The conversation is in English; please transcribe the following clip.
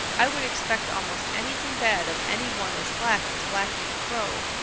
i would expect almost anything bad of any one as black as blacky the crow.